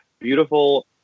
Beautiful